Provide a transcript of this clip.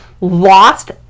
lost